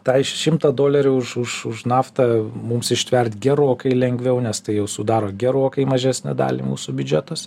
tai šimtą dolerių už už už naftą mums ištvert gerokai lengviau nes tai jau sudaro gerokai mažesnę dalį mūsų biudžetas